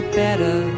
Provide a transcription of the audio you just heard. better